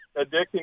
addicting